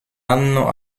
anno